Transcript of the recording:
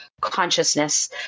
consciousness